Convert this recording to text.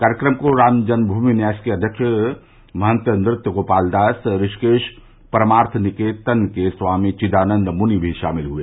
कार्यक्रम में रामजन्य भूमि न्यास के अध्यक्ष नृत्य गोपालदास ऋषिकेश परमार्थ निकेतन के स्वामी चिदानन्द मुनि भी शामिल हुए